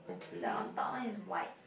the on top one is white